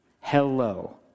Hello